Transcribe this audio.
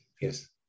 yes